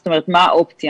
זאת אומרת, מה האופציה?